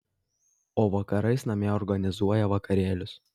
o vakarais namie organizuoja vakarėlius